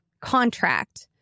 contract